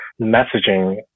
messaging